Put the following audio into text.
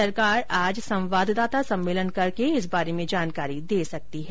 सरकार आज संवाददाता सम्मेलन करके इस बारे में जानकारी दे सकती है